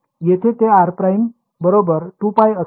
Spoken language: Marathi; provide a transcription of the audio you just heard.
येथे ते r ′ बरोबर 2π असेल